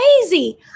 crazy